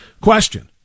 Question